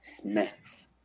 smith